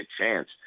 chance